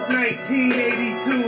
1982